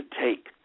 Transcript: take